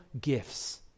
gifts